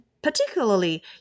Particularly